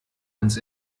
uns